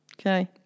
Okay